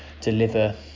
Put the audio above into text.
deliver